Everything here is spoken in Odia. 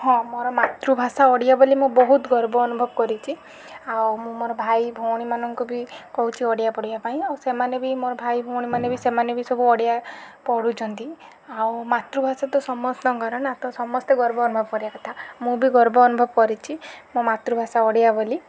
ହଁ ମୋର ମାତୃଭାଷା ଓଡ଼ିଆ ବୋଲି ମୁଁ ବହୁତ ଗର୍ବ ଅନୁଭବ କରିଛି ଆଉ ମୁଁ ମୋର ଭାଇ ଭଉଣୀ ମାନଙ୍କୁ ବି କହୁଛି ଓଡ଼ିଆ ପଢ଼ିବା ପାଇଁ ଆଉ ସେମାନେ ବି ମୋର ଭାଇ ଭଉଣୀ ମାନେ ବି ସେମାନେ ବି ସବୁ ଓଡ଼ିଆ ପଢୁଛନ୍ତି ଆଉ ମାତୃଭାଷା ତ ସମସ୍ତଙ୍କର ନା ତ ସମସ୍ତେ ଗର୍ବ ଅନୁଭବ କରିବା କଥା ମୁଁ ବି ଗର୍ବ ଅନୁଭବ କରିଛି ମୋ ମାତୃଭାଷା ଓଡ଼ିଆ ବୋଲି